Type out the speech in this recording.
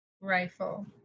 rifle